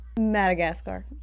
Madagascar